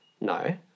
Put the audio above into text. No